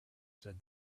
said